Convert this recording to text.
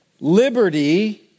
liberty